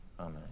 Amen